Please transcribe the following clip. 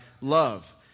love